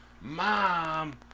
Mom